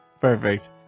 perfect